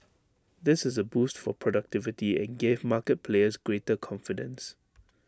this is A boost for productivity and gave market players greater confidence